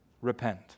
repent